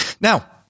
Now